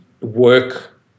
work